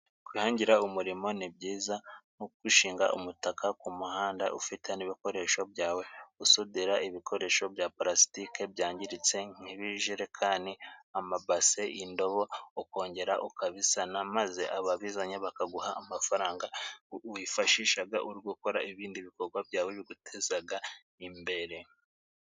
Kwihangira umurimo ni byiza, nko gushinga umutaka ku muhanda, ufite n'ibikoresho byawe, usudira ibikoresho bya parasitike byangiritse, nk'ibijerekani, amabase, indobo, ukongera ukabisana, maze ababizanya bakaguha amafaranga wifashisha uri gukora ibindi bikogwa byawe biguteza imbere.